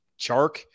Chark